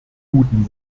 guten